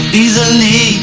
easily